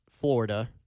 Florida